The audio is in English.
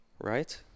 Right